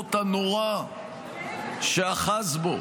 המאורות הנורא שאחז בו,